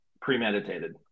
premeditated